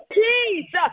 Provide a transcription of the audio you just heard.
peace